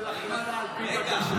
לקבל החלטה על פי בקשה.